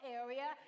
area